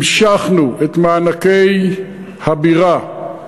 המשכנו את מענקי הבירה,